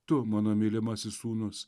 tu mano mylimasis sūnus